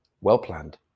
well-planned